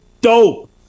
dope